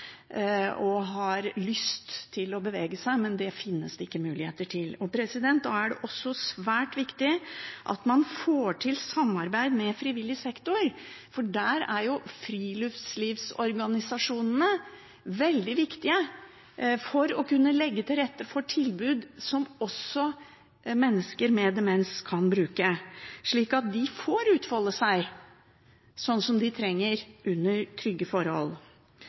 og har lyst til å bevege seg. Men det finnes det ikke muligheter til. Da er det også svært viktig at man får til et samarbeid med frivillig sektor. Der er friluftslivsorganisasjonene veldig viktige når det gjelder å legge til rette for tilbud som også mennesker med demens kan bruke, slik at de får utfolde seg, som de trenger, under trygge forhold.